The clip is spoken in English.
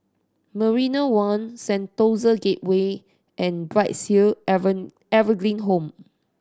Marina One Sentosa Gateway and Brights Hill Evergreen Home